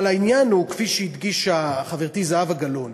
אבל כפי שהדגישה חברתי זהבה גלאון,